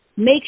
Make